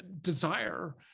desire